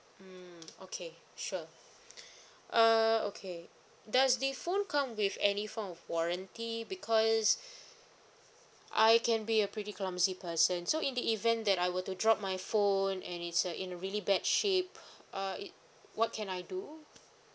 mmhmm okay sure uh okay does the phone come with any form of warranty because I can be a pretty clumsy person so in the event that I were to drop my phone and it's a in really bad shape uh it what can I do